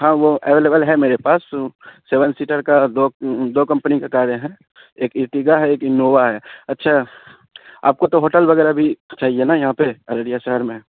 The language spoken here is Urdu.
ہاں وہ اویلیبل ہے میرے پاس سیون سیٹر کا دو دو کمپنی کا کارے ہیں ایک ارٹیگا ہے ایک انووا ہے اچھا آپ کو تو ہوٹل وغیرہ بھی چاہیے نا یہاں پہ ارڈیا شہر میں